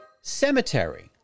cemetery